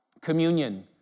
communion